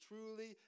truly